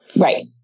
Right